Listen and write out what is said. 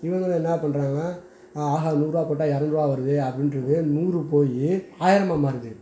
இவர்களும் என்ன பண்ணுறாங்க ஆஹா நூறுபா போட்டால் இரநூறுவா வருது அப்படின்றது நூறு போய் ஆயிரமாக மாறுது